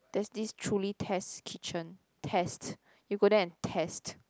there's this truly test kitchen test you go there and test